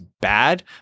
bad